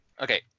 Okay